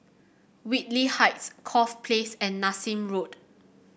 Whitley Heights Corfe Place and Nassim Road